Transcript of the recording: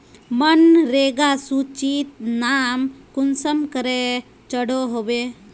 मनरेगा सूचित नाम कुंसम करे चढ़ो होबे?